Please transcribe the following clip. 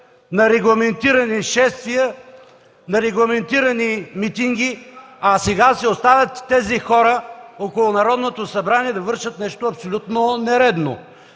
на регламентирани шествия, на регламентирани митинги, а сега тези хора се оставят около Народното събрание да вършат нещо абсолютно нередно.